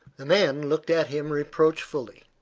the man looked at him reproachfully.